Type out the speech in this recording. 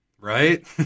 Right